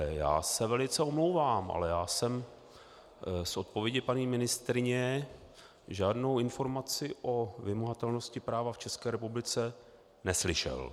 Já se velice omlouvám, ale já jsem z odpovědi paní ministryně žádnou informaci o vymahatelnosti práva v České republice neslyšel.